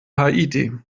haiti